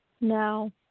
No